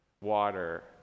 water